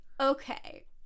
okay